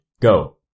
go